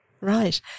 right